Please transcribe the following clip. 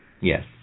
yes